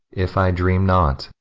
if i dream not,